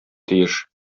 тиеш